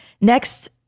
Next